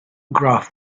graph